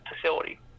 facility